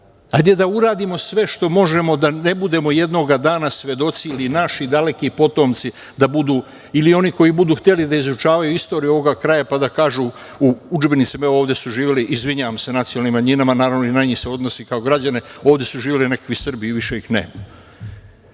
Ajde da uradimo sve što možemo da ne budemo jednog dana svedoci, ili naši daleki potomci da budu ili oni koji budu hteli da izučavaju istoriju ovog kraja, udžbenike, pa da kažu, evo ovde su živeli, izvinjavam se nacionalnim manjinama, i na njih se odnosi naravno, kao građane, ovde su živeli neki Srbi, više ih